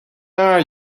are